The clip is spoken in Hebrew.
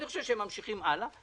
אני חושב שהם ממשיכים הלאה,